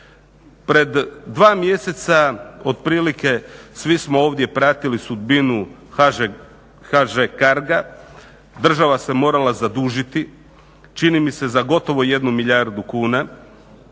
Pred dva mjeseca otprilike svi smo ovdje pratili sudbinu HŽ Carga. Država se morala zadužiti čini mi se za gotovo 1 milijardu kuna,